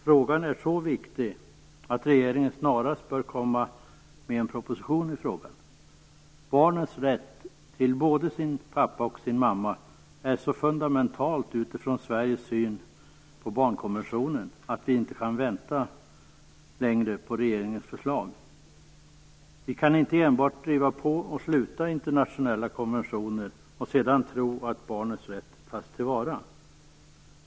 Frågan är så viktig att regeringen snarast bör lägga fram en proposition i frågan. Barnens rätt till både sin pappa och sin mamma är så fundamental utifrån Sveriges syn på barnkonventionen att vi inte kan vänta längre på regeringens förslag. Vi kan inte enbart driva på, sluta internationella konventioner och sedan tro att barnens rätt tas till vara.